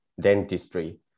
dentistry